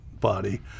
body